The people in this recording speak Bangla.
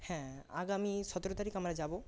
হ্যাঁ আগামী সতেরো তারিখ আমরা যাবো